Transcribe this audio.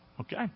Okay